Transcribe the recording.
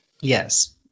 Yes